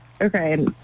Okay